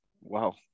Wow